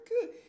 good